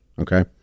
Okay